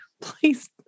Please